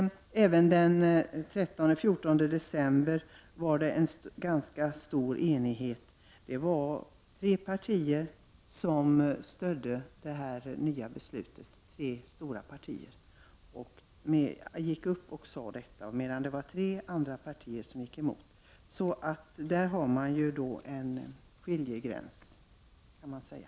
Även den 13-14 december var det ganska stor enighet — det var tre stora partier som stödde det nya beslutet och vilkas representanter sade det, medan tre andra partier gick emot. Där har vi då en skiljelinje, kan man säga.